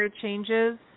changes